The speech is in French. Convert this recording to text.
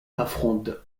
affronte